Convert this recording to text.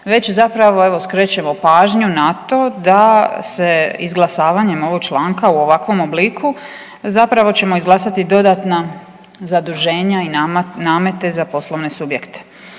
već zapravo evo skrećemo pažnju na to da se izglasavanjem ovog članka u ovakvom obliku zapravo ćemo izglasati dodatna zaduženja i namete za poslovne subjekte.